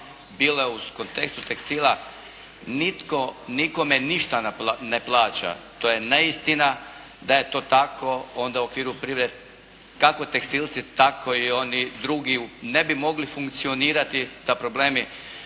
bilo je u kontekstu tekstila, nitko nikome ništa ne plaća. To je neistina. Da je to tako onda … /Ne razumije se./ … kako tekstilci tako i oni drugi ne bi mogli funkcionirati da problemi